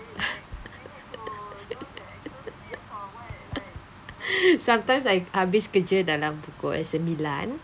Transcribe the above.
sometimes I habis kerja dalam pukul sembilan